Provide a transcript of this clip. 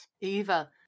Eva